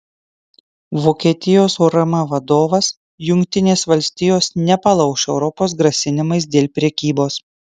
vokietijos urm vadovas jungtinės valstijos nepalauš europos grasinimais dėl prekybos